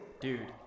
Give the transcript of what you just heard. Dude